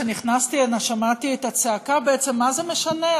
כשנכנסתי הנה שמעתי את הצעקה: בעצם מה זה משנה?